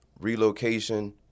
relocation